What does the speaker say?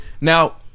Now